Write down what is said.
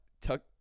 tuck